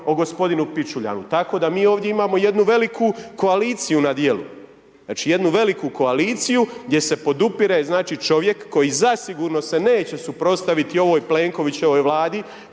o g. Pičuljanu. Tako da mi ovdje imamo jednu veliku koaliciju na dijelu. Znači jednu veliku koaliciju gdje se podupire čovjek, koji zasigurno se neće suprotstaviti ovoj Plenkovićevoj vladi,